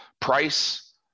Price